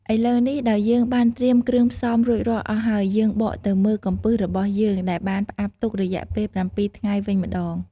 ឥឡូវនេះដោយយើងបានត្រៀមគ្រឿងផ្សំរួចរាល់អស់ហើយ យើងបកទៅមើលកំពឹសរបស់យើងដែលបានផ្អាប់ទុករយៈពេល ៧ថ្ងៃវិញម្ដង។